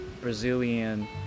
Brazilian